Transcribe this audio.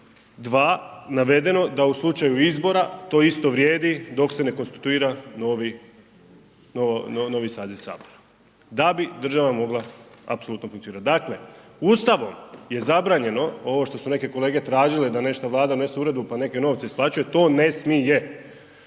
2. navedeno da u slučaju izbora to isto vrijedi dok se ne konstituira novi saziv Sabora da bi država mogla apsolutno funkcionirati. Dakle, Ustavom je zabranjeno ovo što su neke kolege tražile da nešto Vlada donese uredbu pa neke novce isplaćuje, to ne smije.